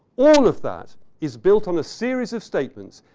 all of that is built on a series of statements,